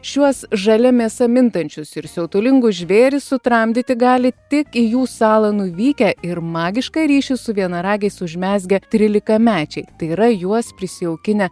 šiuos žalia mėsa mintančius ir siautulingus žvėrys sutramdyti gali tik į jų salą nuvykę ir magišką ryšį su vienaragiais užmezgę trylikamečiai tai yra juos prisijaukinę